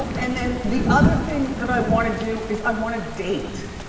and then the other thing that i wanna do is i wanna date.